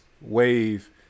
Wave